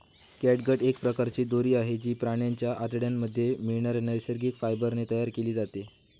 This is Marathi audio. कॅटगट एक प्रकारची दोरी आहे, जी प्राण्यांच्या आतड्यांमध्ये मिळणाऱ्या नैसर्गिक फायबर ने तयार केली जाते